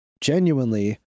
genuinely